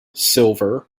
silver